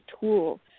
tool